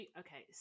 okay